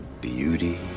beauty